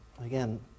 again